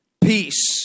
Peace